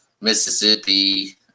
Mississippi